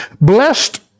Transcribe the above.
Blessed